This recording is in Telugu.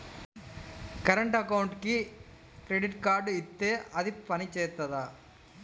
కరెంట్ అకౌంట్కి క్రెడిట్ కార్డ్ ఇత్తే అది పని చేత్తదా?